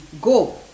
Go